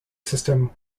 system